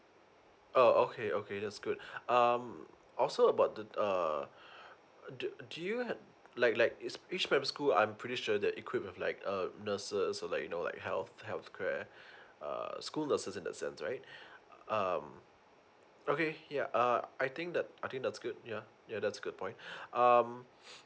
oh okay okay that's good um also about the uh do do you like like is each primary school I'm pretty sure they're equipped with like uh nurses or like you know like health health care uh schools nurses in the sense right um okay yeah uh I think that I think that's good yeah yeah that's good point um